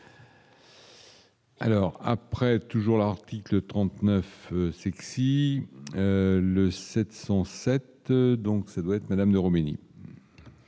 Alors après, toujours l'article 39 sexy le 707 donc ça doit être madame de Khomeiny.